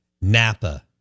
Napa